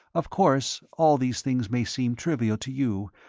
of course, all these things may seem trivial to you,